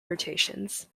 rotations